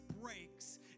breaks